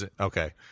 Okay